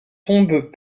tombent